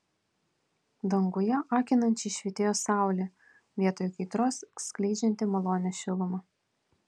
danguje akinančiai švytėjo saulė vietoj kaitros skleidžianti malonią šilumą